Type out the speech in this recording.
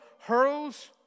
hurls